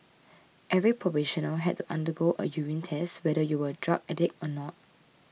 every probationer had to undergo a urine test whether you were a drug addict or not